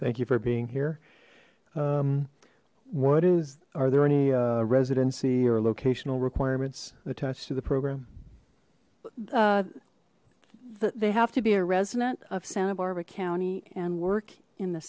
thank you for being here what is are there any residency or locational requirements attached to the program they have to be a resident of santa barbara county and work in the